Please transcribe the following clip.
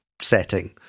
setting